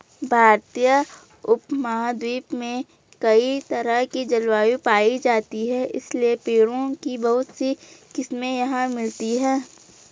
भारतीय उपमहाद्वीप में कई तरह की जलवायु पायी जाती है इसलिए पेड़ों की बहुत सी किस्मे यहाँ मिलती हैं